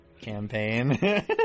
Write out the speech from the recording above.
campaign